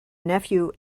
nephew